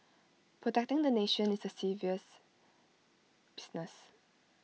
protecting the nation is serious business